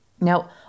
Now